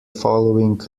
following